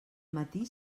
matí